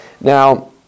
Now